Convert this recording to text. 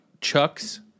Chucks